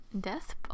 Death